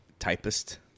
Typist